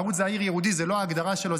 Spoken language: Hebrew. ערוץ זעיר ייעודי זה לא ההגדרה שלו,